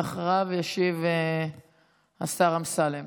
ואחריו ישיב השר אמסלם.